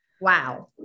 Wow